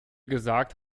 gesagt